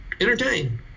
entertain